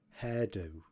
hairdo